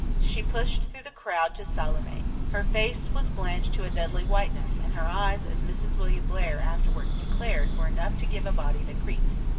she pushed through the crowd to salome. her face was blanched to a deadly whiteness and her eyes, as mrs. william blair afterwards declared, were enough to give a body the creeps.